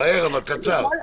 מהר וקצר.